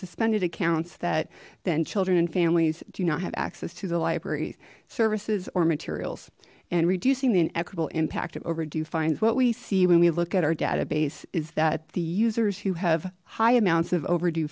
suspended accounts that then children and families do not have access to the library's services or materials and reducing the inexorable impact of overdue fines what we see when we look at our database is that the users who have high amounts of overd